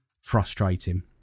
frustrating